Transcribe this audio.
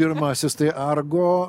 pirmasis tai argo